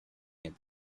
had